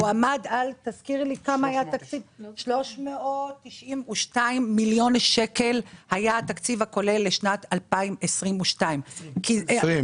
הוא עמד על 392 מיליון שקל היה התקציב הכולל לשנת 2022. ל-2020.